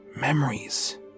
Memories